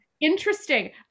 interesting